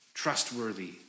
Trustworthy